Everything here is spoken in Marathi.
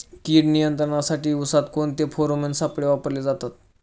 कीड नियंत्रणासाठी उसात कोणते फेरोमोन सापळे वापरले जातात?